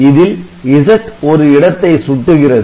இதில் Z ஒரு இடத்தை சுட்டுகிறது